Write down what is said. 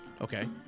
Okay